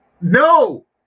No